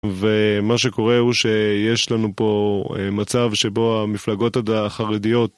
ומה שקורה הוא שיש לנו פה אה.. מצב שבו המפלגות הדה החרדיות